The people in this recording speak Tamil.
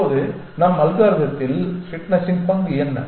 இப்போது நம் அல்காரிதத்தில் ஃபிட்னஸின் பங்கு என்ன